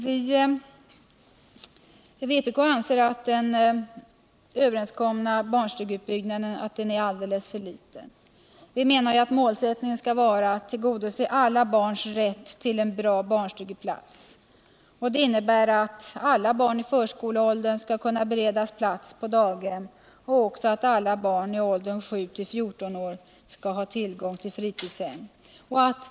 Vpk anser att den överenskomna barnstugeutbyggnaden är alldeles för liten. Målet måste vara att tillgodose alla barns rätt till en bra barnstugeplats. Det innebär att alla barn i förskoleåldern skall kunna beredas plats på daghem liksom att alla barn i åldern 7—14 år skall ha tillgång till fritidshem.